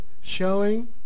Showing